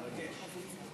מרגש.